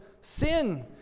sin